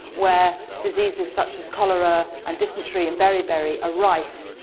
where diseases such as cholera and dysentery and beriberi are rife,